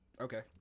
okay